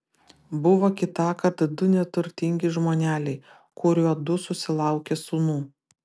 buvo kitąkart du neturtingi žmoneliai kuriuodu susilaukė sūnų